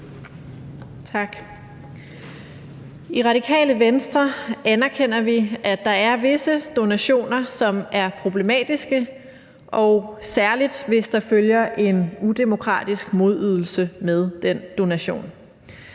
I Radikale Venstre anerkender vi, at der er visse donationer, som er problematiske, særlig hvis der følger en udemokratisk modydelse med den donation.